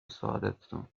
سعادتتون